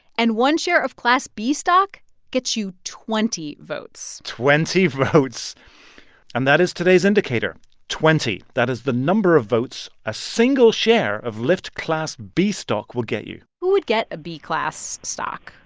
and one share of class b stock gets you twenty votes twenty votes and that is today's indicator twenty. that is the number of votes a single share of lyft class b stock will get you who would get a b class stock?